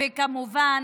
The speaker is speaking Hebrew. וכמובן